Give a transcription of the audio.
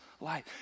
life